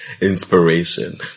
inspiration